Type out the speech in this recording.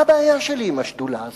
מה הבעיה שלי עם השדולה הזאת?